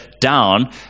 down